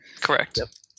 Correct